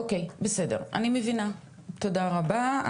אוקיי בסדר אני מבינה, תודה רבה.